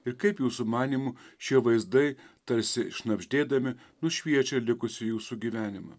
ir kaip jūsų manymu šie vaizdai tarsi šnabždėdami nušviečia likusį jūsų gyvenimą